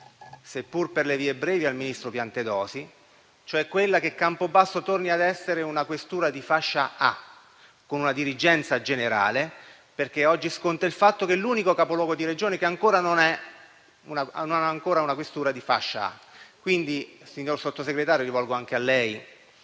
seppur per le vie brevi, al ministro Piantedosi: quella cioè che Campobasso torni ad essere una questura di fascia A, con una dirigenza generale, perché oggi sconta il fatto di essere l'unico capoluogo di Regione che non è ancora una questura di tale fascia. Signor Sottosegretario, rivolgo quindi anche a lei